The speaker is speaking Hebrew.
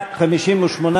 ההסתייגויות לסעיף 08,